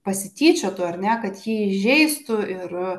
pasityčiotų ar ne kad jį įžeistų ir